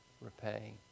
repay